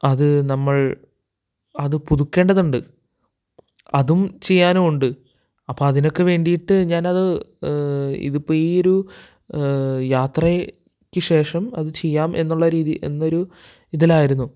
അത് നമ്മള് അത് പുതുക്കേണ്ടതുണ്ട് അതും ചെയ്യാനുമുണ്ട് അപ്പോള് അതിനൊക്കെ വേണ്ടിയിട്ട് ഞാനത് ഇതിപ്പോള് ഈയൊരു യാത്രയ്ക്ക് ശേഷം അത് ചെയ്യാം എന്നുള്ള രീതി എന്നൊരു ഇതിലായിരുന്നു